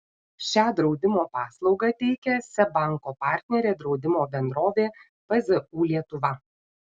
šią draudimo paslaugą teikia seb banko partnerė draudimo bendrovė pzu lietuva